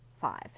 five